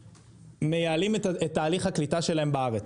מייעלים את תהליך הקליטה שלהם בארץ.